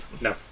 No